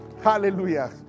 Hallelujah